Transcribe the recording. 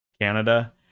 Canada